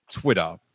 Twitter